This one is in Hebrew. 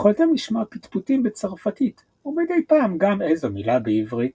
יכלתם לשמע פטפוטים בצרפתית ומדי פעם גם איזו מלה בעברית.